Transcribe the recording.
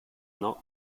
not